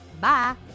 Bye